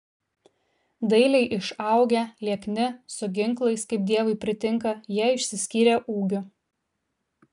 dailiai išaugę liekni su ginklais kaip dievui pritinka jie išsiskyrė ūgiu